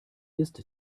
ist